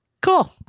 Cool